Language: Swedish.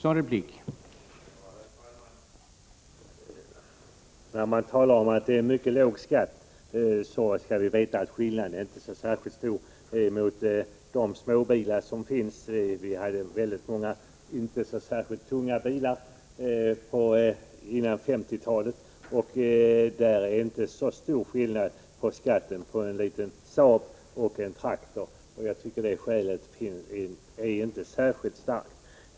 Herr talman! Lars Hedfors talar om mycket låg skatt, men man skall veta att skillnaden inte är särskilt stor mot många småbilar. Det fanns många inte särskilt tunga bilar före 1950-talet. Det är inte så stor skillnad i skatt mellan en liten Saab och en traktor, så det skälet är inte särskilt starkt.